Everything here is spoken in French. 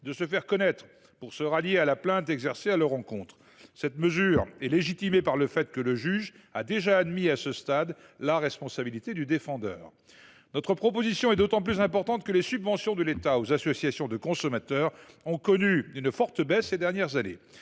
de se faire connaître pour se rallier à la plainte, devraient être à la charge du défendeur. Cette mesure est rendue légitime par le fait que le juge a déjà admis à ce stade la responsabilité du défendeur. Notre proposition est d’autant plus importante que les subventions de l’État aux associations de consommateurs ont connu une forte baisse ces dernières années,